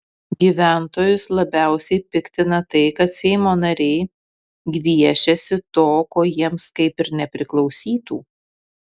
gyventojus labiausiai piktina tai kad seimo nariai gviešiasi to ko jiems kaip ir nepriklausytų